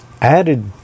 added